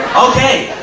okay